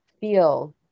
feel